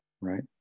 right